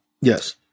yes